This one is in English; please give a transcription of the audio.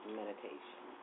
meditation